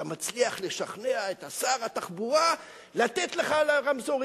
אתה מצליח לשכנע את שר התחבורה לתת לך ברמזורים.